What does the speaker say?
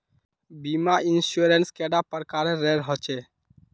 बीमा इंश्योरेंस कैडा प्रकारेर रेर होचे